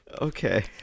Okay